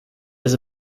has